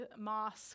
mosque